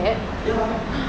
ya